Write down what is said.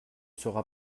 sera